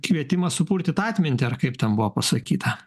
kvietimas supurtyt atmintį ar kaip ten buvo pasakyta